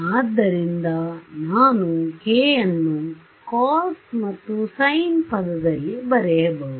ಆದ್ದರಿಂದ ನಾನು k ಅನ್ನು cos ಮತ್ತು sin ಪದದಲ್ಲಿ ಬರೆಯಬಹುದು